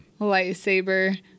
lightsaber